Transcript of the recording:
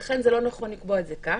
לכן זה לא נכון לקבוע את זה כך.